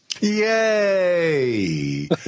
yay